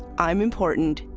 i'm important,